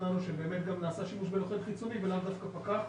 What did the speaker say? שהשתכנענו שבאמת גם נעשה שימוש בלוכד חיצוני ולאו דווקא פקח,